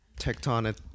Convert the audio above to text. tectonic